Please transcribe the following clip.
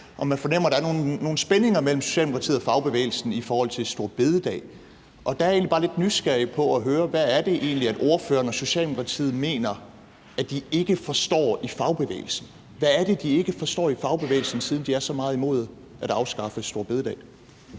og man fornemmer, at der er nogle spændinger mellem Socialdemokratiet og fagbevægelsen i forhold til store bededag. Der er jeg egentlig bare lidt nysgerrig efter at høre, hvad det er, ordføreren og Socialdemokratiet mener at de ikke forstår i fagbevægelsen. Hvad er det, de ikke forstår i fagbevægelsen, siden de er så meget imod at afskaffe store bededag?